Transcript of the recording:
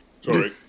sorry